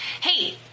Hey